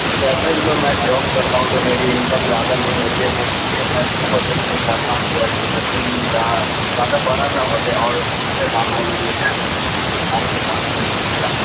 جی ویسے تو میں جاب کر رہا ہوں تو میری انکم زیادہ نہیں ہوتی ہے لیکن یہ میں لو بجٹ میں چاہتا ہوں کہ ایسا زمین لوں جہاں جو زیادہ بڑا نہ ہو اور سستے دام میں بھی مل جائے تو آپ سے بات کرنی تھی آپ